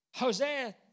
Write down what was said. Hosea